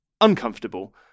uncomfortable